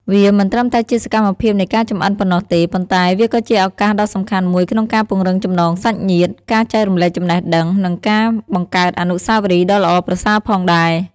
វាមិនត្រឹមតែជាសកម្មភាពនៃការចម្អិនប៉ុណ្ណោះទេ ប៉ុន្តែវាក៏ជាឱកាសដ៏សំខាន់មួយក្នុងការពង្រឹងចំណងសាច់ញាតិ ការចែករំលែកចំណេះដឹង និងការបង្កើតអនុស្សាវរីយ៍ដ៏ល្អប្រសើរផងដែរ ។